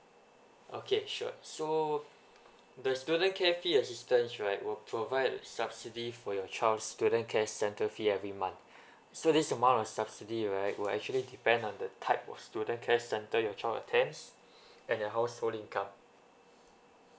okay sure so the student care fee assistance right will provided subsidy for your child's student care center fee every month so this amount of subsidy right will actually depends on the type of student care center your child attends and your household income